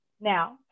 Now